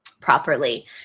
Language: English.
properly